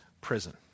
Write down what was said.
prison